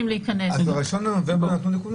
אני מניח שראש רשות האוכלוסין, המלצותיו מתקבלות.